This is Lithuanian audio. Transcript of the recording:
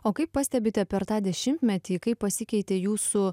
o kaip pastebite per tą dešimtmetį kaip pasikeitė jūsų